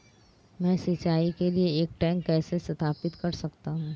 मैं सिंचाई के लिए एक टैंक कैसे स्थापित कर सकता हूँ?